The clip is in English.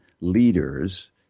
leaders